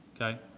Okay